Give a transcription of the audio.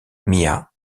mia